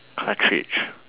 cartridge